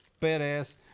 Badass